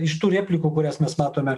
iš tų replikų kurias mes matome